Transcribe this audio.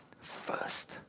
first